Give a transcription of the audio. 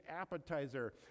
appetizer